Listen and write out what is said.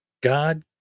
God